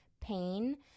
pain